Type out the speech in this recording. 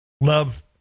Love